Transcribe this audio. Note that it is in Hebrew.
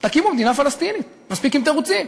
תקימו מדינה פלסטינית, מספיק עם תירוצים.